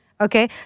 Okay